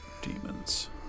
demons